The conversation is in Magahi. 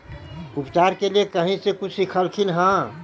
उपचार के लीये कहीं से कुछ सिखलखिन हा?